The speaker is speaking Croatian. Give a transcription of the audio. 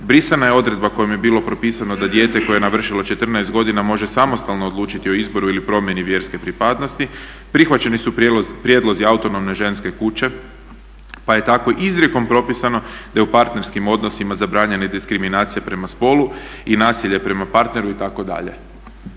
brisana je odredba kojom je bilo propisano da dijete koje je navršilo 14 godina može samostalno odlučiti o izboru ili promjeni vjerske pripadnosti, prihvaćeni su prijedlozi autonomne ženske kuće pa je tako izrijekom propisano da je u partnerskim odnosima zabranjena i diskriminacija prema spolu i nasilje prema partneru itd.